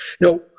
No